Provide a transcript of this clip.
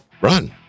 run